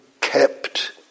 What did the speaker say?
kept